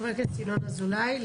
חבר הכנסת, ינון אזולאי.